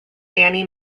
dani